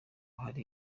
hari